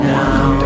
now